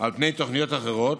על פני תוכניות אחרות,